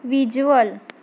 visual